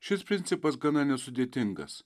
šis principas gana nesudėtingas